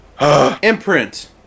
Imprint